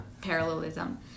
parallelism